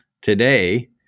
Today